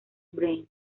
brain